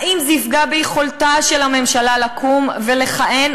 האם זה יפגע ביכולתה של הממשלה לקום ולכהן?